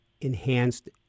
enhanced